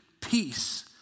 peace